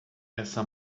essa